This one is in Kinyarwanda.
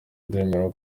ndemera